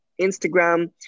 Instagram